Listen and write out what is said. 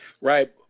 Right